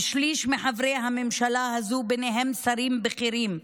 ושליש מחברי הממשלה הזו, ובהם שרים בכירים,